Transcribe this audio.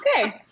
Okay